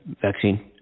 vaccine